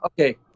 Okay